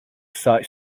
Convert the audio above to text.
side